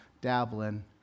dabbling